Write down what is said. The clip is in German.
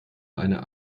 einer